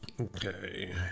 Okay